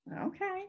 Okay